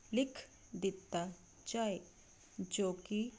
ਲਿਖ ਦਿੱਤਾ ਜਾਵੇ ਜੋ ਕਿ